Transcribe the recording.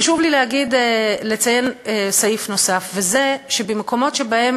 חשוב לי לציין סעיף נוסף, וזה שבמקומות שבהם